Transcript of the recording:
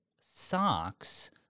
socks